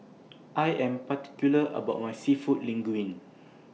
I Am particular about My Seafood Linguine